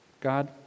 God